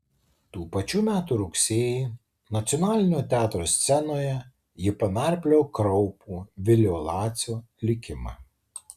tų pačių metų rugsėjį nacionalinio teatro scenoje ji panarpliojo kraupų vilio lacio likimą